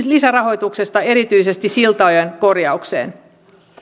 lisärahoituksesta erityisesti siltojen korjaukseen